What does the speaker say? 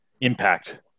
impact